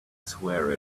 swear